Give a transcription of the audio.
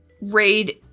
raid